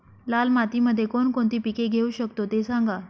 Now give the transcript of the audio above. लाल मातीमध्ये कोणकोणती पिके घेऊ शकतो, ते सांगा